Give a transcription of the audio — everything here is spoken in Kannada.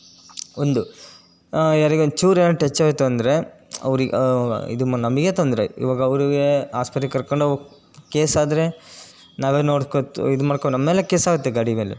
ಒಂದು ಯಾರಿಗೋ ಒಂದು ಚೂರು ಟಚ್ ಆಯಿತು ಅಂದರೆ ಅವ್ರಿಗೆ ಇದು ಮ ನಮಗೇ ತೊಂದರೆ ಇವಾಗ ಅವ್ರಿಗೆ ಆಸ್ಪತ್ರೆಗೆ ಕರ್ಕೊಂಡು ಹೋಗ್ಬೇಕ್ ಕೇಸ್ ಆದರೆ ನಾವೇ ನೋಡಿಕೋ ತ್ ಇದು ಮಾಡಿಕೋ ನಮ್ಮ ಮೇಲೆ ಕೇಸ್ ಆಗುತ್ತೆ ಗಾಡಿ ಮೇಲೆ